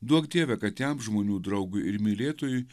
duok dieve kad jam žmonių draugui ir mylėtojui